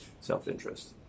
self-interest